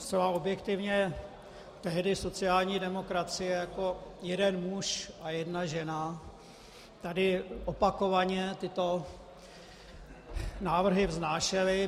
Zcela objektivně, tehdy sociální demokracie jako jeden muž a jedna žena tady opakovaně tyto návrhy vznášela.